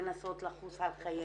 מנסות לחוס על חייהן.